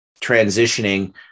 transitioning